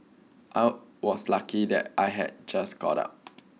I was lucky that I had just got up